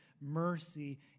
Mercy